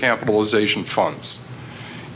capitals ation funds